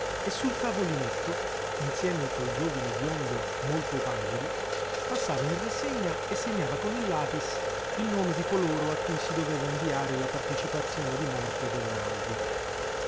e sul tavolinetto insieme col giovine biondo molto pallido passava in rassegna e segnava col lapis il nome di coloro a cui si doveva inviare la partecipazione di morte del naldi